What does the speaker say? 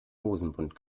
hosenbund